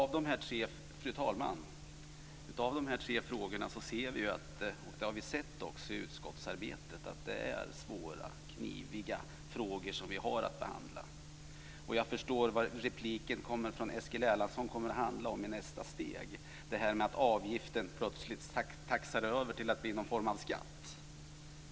Fru talman! Vi har sett i utskottsarbetet att dessa frågor är kniviga och svåra att behandla. Jag förstår vad Eskil Erlandssons replik kommer att handla om i nästa steg, nämligen att avgiften plötsligt taxar över till att bli någon form av skatt.